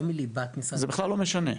לא מליבת משרד --- זה בכלל לא משנה.